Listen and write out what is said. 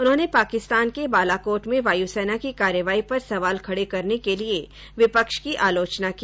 उन्होंने पाकिस्तान के बालाकोट में वायुसेना की कार्रवाई पर सवाल खड़े करने के लिए विपक्ष की आलोचना की